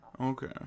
okay